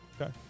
Okay